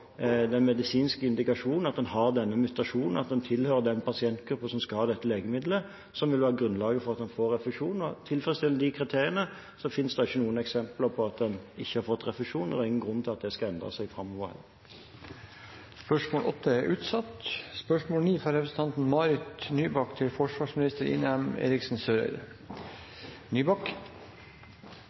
indikasjon på at en har denne mutasjonen, at en tilhører den pasientgruppen som skal ha dette legemidlet, som vil være grunnlaget for at en får refusjon. Og tilfredsstiller en de kriteriene, finnes det ikke noen eksempler på at en ikke har fått refusjon, og det er ingen grunn til at det skal endre seg framover, heller. Dette spørsmålet er utsatt til neste spørretime. Jeg har tillatt meg å stille følgende spørsmål til